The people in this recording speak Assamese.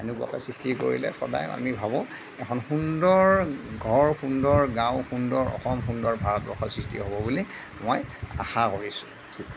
এনেকুৱাকে সৃষ্টি কৰিলে সদায় আমি ভাৱো এখন সুন্দৰ ঘৰ সুন্দৰ গাঁও সুন্দৰ অসম সুন্দৰ ভাৰতবৰ্ষ সৃষ্টি হ'ব বুলি মই আশা কৰিছোঁ